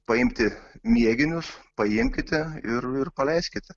paimti mėginius paimkite ir ir paleiskite